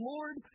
Lord